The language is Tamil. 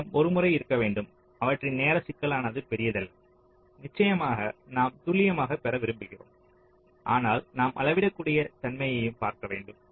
நம்மிடம் ஒரு முறை இருக்கவேண்டும் அவற்றின் நேர சிக்கலானது பெரியதல்ல நிச்சயமாக நாம் துல்லியமாக பெற விரும்புகிறோம் ஆனால் நாம் அளவிடக்கூடிய தன்மையையும் பார்க்க வேண்டும்